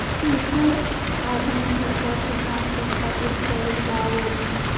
एकर स्थापना सरकार किसान कुल खातिर कईले बावे